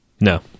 no